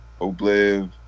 Obliv